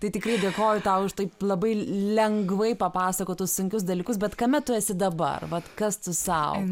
tai tikrai dėkoju tau už taip labai lengvai papasakotų sunkius dalykus bet kame tu esi dabar vat kas tu sau